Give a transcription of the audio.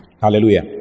Hallelujah